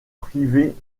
privés